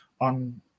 on